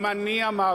אני לא